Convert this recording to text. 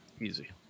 Easy